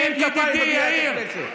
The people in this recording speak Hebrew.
אין כפיים במליאת הכנסת.